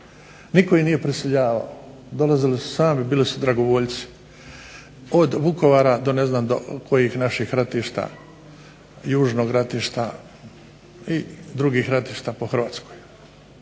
Nitko ih nije prisiljavao, dolazili su sami, bili su dragovoljci, od Vukovara do ne znam kojih naših ratišta, južnog ratišta i drugih ratišta po Hrvatskoj.